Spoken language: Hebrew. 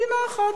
מדינה אחת.